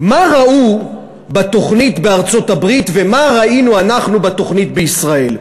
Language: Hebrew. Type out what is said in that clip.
מה ראו בתוכנית בארצות-הברית ומה ראינו אנחנו בתוכנית בישראל?